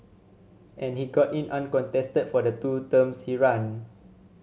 and he got in uncontested for the two terms he ran